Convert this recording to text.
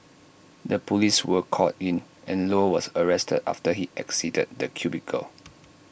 the Police were called in and low was arrested after he exited the cubicle